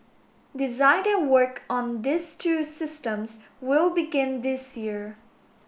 design and work on these two systems will begin this year